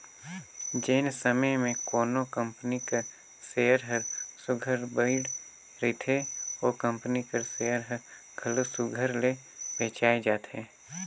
जेन समे में कोनो कंपनी कर सेयर हर सुग्घर बइढ़ रहथे ओ कंपनी कर सेयर हर घलो सुघर ले बेंचाए जाथे